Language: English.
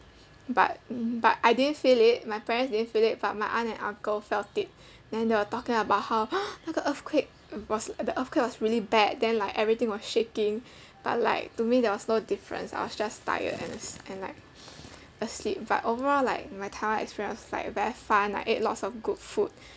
but um but I didn't feel it my parents didn't feel it but my aunt and uncle felt it then they were talking about how 那个 earthquake was the earthquake was really bad then like everything was shaking but like to me there was no difference I was just tired and as~ and like asleep but overall like my taiwan experience like very fun and I ate lots of good food